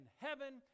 heaven